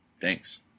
Thanks